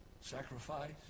sacrifice